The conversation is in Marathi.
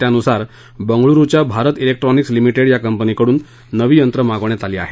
त्यानुसार बंगळुरुच्या भारत जेक्ट्रॉनिक्स लिमिटेड या कंपनीकडून नवी यंत्रं मागवण्यात आली आहेत